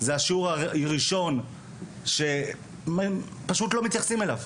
זה השיעור הראשון שפשוט לא מתייחסים אליו.